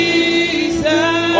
Jesus